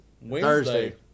wednesday